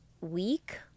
week